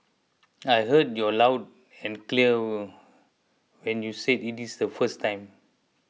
I heard you loud and clear when you said it is the first time